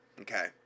okay